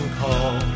call